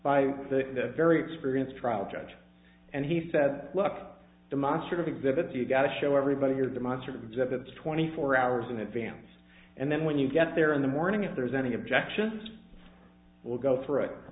by the very experienced trial judge and he said look demonstrative exhibits you've got to show everybody your demonstrative exhibits twenty four hours in advance and then when you get there in the morning if there's any objection we'll go